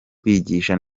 kwigisha